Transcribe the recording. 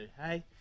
hey